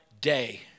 day